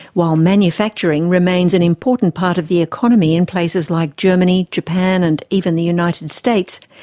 while manufacturing remains an important part of the economy in places like germany, japan and even the united states,